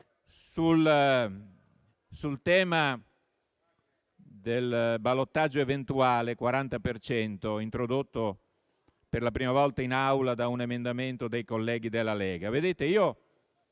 Sul tema del ballottaggio eventuale 40 per cento, introdotto per la prima volta in Assemblea da un emendamento dei colleghi della Lega,